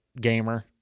gamer